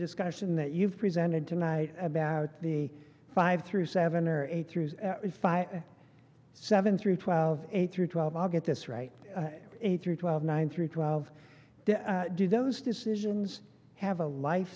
discussion that you've presented tonight about the five through seven or eight through seven through twelve eight through twelve i'll get this right through twelve nine through twelve do those decisions have a life